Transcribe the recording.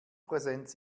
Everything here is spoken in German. präsenz